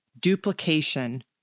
duplication